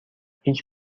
هیچ